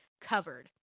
covered